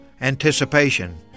anticipation